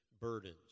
burdens